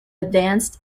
advanced